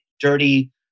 dirty